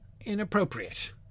inappropriate